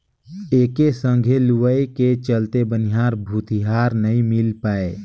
एके संघे लुवई के चलते बनिहार भूतीहर नई मिल पाये